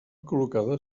col·locada